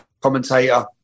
commentator